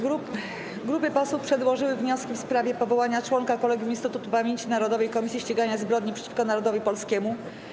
Grupy posłów przedłożyły wnioski w sprawie powołania członka Kolegium Instytutu Pamięci Narodowej - Komisji Ścigania Zbrodni przeciwko Narodowi Polskiemu.